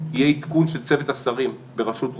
יהיה עדכון של צוות השרים בראשות ראה"מ,